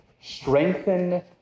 strengthen